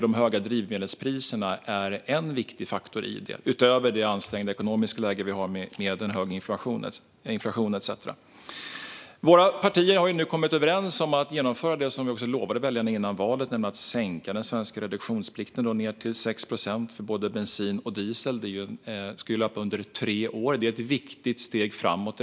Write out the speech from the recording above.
De höga drivmedelspriserna är en viktig faktor i fråga om det, utöver det ansträngda ekonomiska läge som vi har med en hög inflation etcetera. Våra partier har nu kommit överens om att genomföra det som vi lovade väljarna före valet, nämligen att sänka den svenska reduktionsplikten ned till 6 procent för både bensin och diesel. Detta ska löpa under tre år. Det är ett viktigt steg framåt.